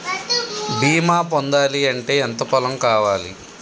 బీమా పొందాలి అంటే ఎంత పొలం కావాలి?